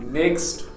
next